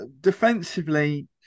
defensively